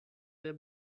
der